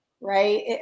right